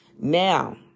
Now